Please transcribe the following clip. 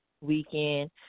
weekend